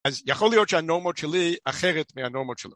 ‫אז יכול להיות שהנורמות שלי ‫אחרת מהנורמות שלו.